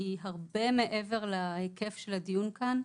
היא הרבה מעבר להיקף של הדיון כאן.